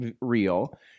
real